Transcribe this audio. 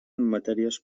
matèries